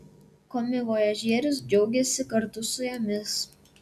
komivojažierius džiaugėsi kartu su jomis